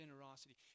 generosity